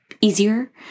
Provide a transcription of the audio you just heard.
easier